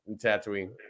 tattooing